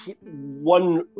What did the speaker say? one